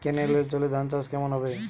কেনেলের জলে ধানচাষ কেমন হবে?